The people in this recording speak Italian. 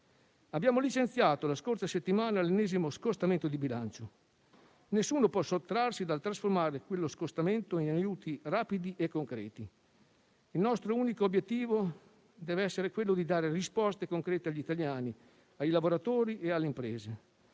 abbiamo licenziato l'ennesimo scostamento di bilancio: nessuno può sottrarsi dal trasformare quello scostamento in aiuti rapidi e concreti. Il nostro unico obiettivo deve essere quello di dare risposte concrete agli italiani, ai lavoratori e alle imprese.